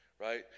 right